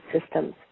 systems